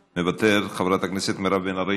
מוותר, חברת הכנסת מירב בן ארי,